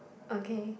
okay